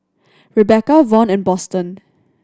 Rebecca Von and Boston